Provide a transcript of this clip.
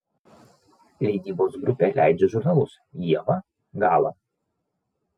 leidybos grupė leidžia žurnalus ieva gala